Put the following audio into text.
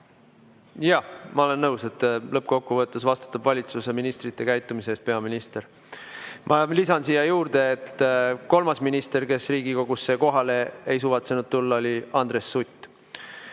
Jah, ma olen nõus, et lõppkokkuvõttes vastutab valitsuse ministrite käitumise eest peaminister. Ma lisan siia juurde, et kolmas minister, kes Riigikogusse kohale ei suvatsenud tulla, oli Andres Sutt.